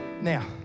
now